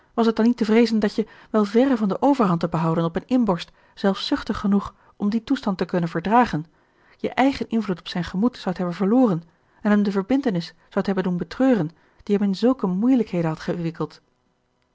was het dan niet te vreezen dat je wel verre van de overhand te behouden op een inborst zelfzuchtig genoeg om dien toestand te kunnen verdragen je eigen invloed op zijn gemoed zoudt hebben verloren en hem de verbintenis zoudt hebben doen betreuren die hem in zulke moeilijkheden had gewikkeld